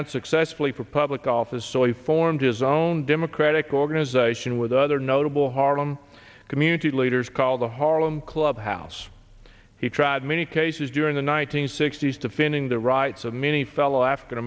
unsuccessfully for public office so he formed his own democratic organization with other notable harlem community leaders called the harlem club house he tried many cases during the one nine hundred sixty s defending the rights of many fellow african